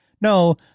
no